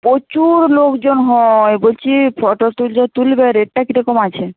প্রচুর লোকজন হয় বলছি ফটো যে তুলবে রেটটা কী রকম আছে